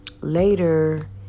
later